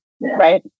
Right